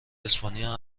اسپانیا